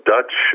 Dutch